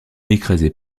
écrasé